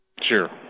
Sure